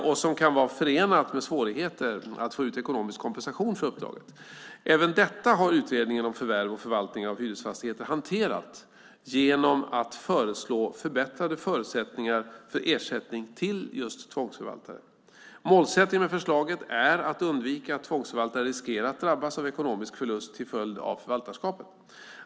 Det kan också vara förenat med svårigheter att få ut ekonomisk kompensation för uppdraget. Även detta har utredningen om förvärv och förvaltning av hyresfastigheter hanterat genom att föreslå förbättrade förutsättningar för ersättning till just tvångsförvaltare. Målsättningen med förslaget är att undvika att tvångsförvaltare riskerar att drabbas av ekonomisk förlust till följd av förvaltarskapet.